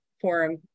forum